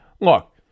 look